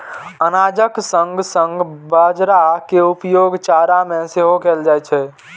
अनाजक संग संग बाजारा के उपयोग चारा मे सेहो कैल जाइ छै